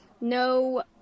No